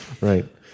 Right